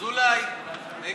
57 בעד, 58